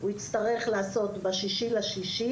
הוא יצטרך לעשות ב-6.6.